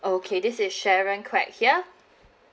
okay this is sharon quek here